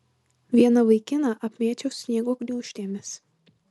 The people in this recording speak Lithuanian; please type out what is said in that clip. vieną vaikiną apmėčiau sniego gniūžtėmis